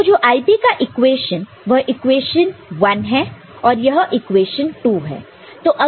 तो जो IB का इक्वेशन वह इक्वेशन 1 है और यह इक्वेशन 2 है